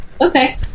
okay